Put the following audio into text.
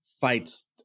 fights